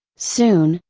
soon,